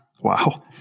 wow